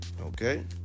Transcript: Okay